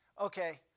okay